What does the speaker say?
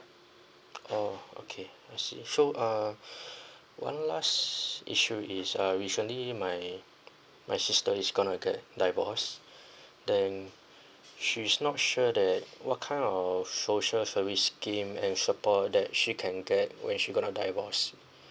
orh okay I see so uh one last issue is uh recently my my sister is gonna get divorce then she's not sure that what kind of social service scheme and support that she can get when she gonna divorce